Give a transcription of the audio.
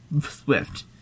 Swift